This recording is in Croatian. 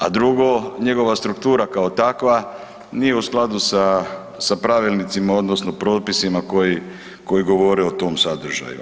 A drugo, njegova struktura kao takva nije u skladu sa, sa pravilnicima odnosno propisima koji, koji govore o tom sadržaju.